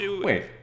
Wait